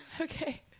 Okay